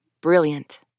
Brilliant